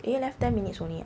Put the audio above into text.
eh left ten minutes only ah